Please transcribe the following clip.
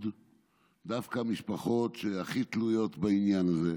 דווקא משפחות שהכי תלויות בעניין הזה.